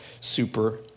super